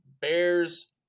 Bears